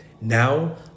Now